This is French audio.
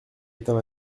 éteint